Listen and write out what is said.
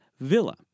villa